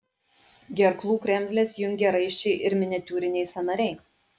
gerklų kremzles jungia raiščiai ir miniatiūriniai sąnariai